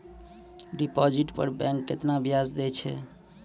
Deposit पर bank केतना ब्याज दै छै?